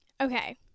okay